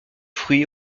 fruits